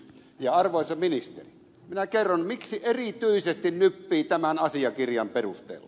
ja arvoisa ministeri minä kerron miksi erityisesti nyppii tämän asiakirjan perusteella